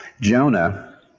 Jonah